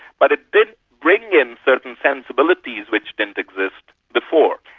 but it did bring in certain sensibilities which didn't exist before.